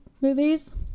movies